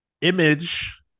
Image